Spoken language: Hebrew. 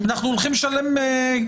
בגלל הרוח הזאת אנחנו הולכים לשלם כמה